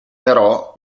però